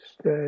stay